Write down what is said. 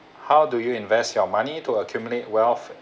how do you invest your money to accumulate wealth